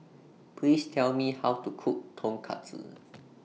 Please Tell Me How to Cook Tonkatsu